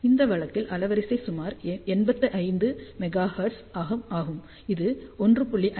இந்த வழக்கில் அலைவரிசை சுமார் 85 மெகா ஹெர்ட்ஸ் ஆகும் இது 1